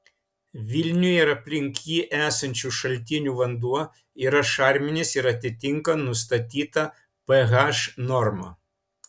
vilniuje ir aplink jį esančių šaltinių vanduo yra šarminis ir atitinka nustatytą ph normą